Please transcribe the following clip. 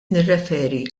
nirreferi